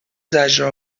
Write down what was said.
زجر